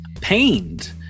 pained